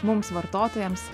mums vartotojams